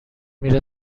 میره